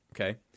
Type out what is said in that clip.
okay